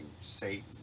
Satan